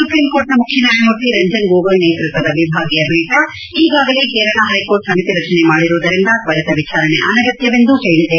ಸುಪ್ರೀಂಕೋರ್ಟ್ನ ಮುಖ್ಯ ನ್ಯಾಯಮೂರ್ತಿ ರಂಜನ್ ಗೋಗೋಯಿ ನೇತೃತ್ವದ ವಿಭಾಗೀಯ ಪೀಠ ಈಗಾಗಲೇ ಕೇರಳ ಹೈಕೋರ್ಟ್ ಸಮಿತಿ ರಚನೆ ಮಾಡಿರುವುದರಿಂದ ತ್ವರಿತ ವಿಚಾರಣೆ ಅನಗತ್ಯವೆಂದು ಹೇಳಿದೆ